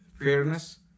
fairness